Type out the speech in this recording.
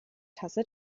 tasse